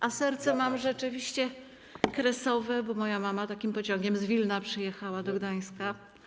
A serce mam rzeczywiście kresowe, bo moja mama takim pociągiem z Wilna przyjechała do Gdańska.